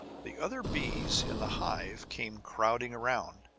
the other bees in the hive came crowding around,